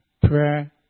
Prayer